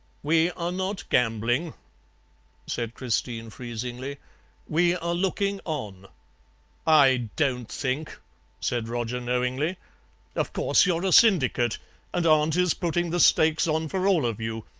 we are not gambling said christine freezingly we are looking on i don't think said roger knowingly of course you're a syndicate and aunt is putting the stakes on for all of you.